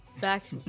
back